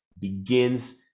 begins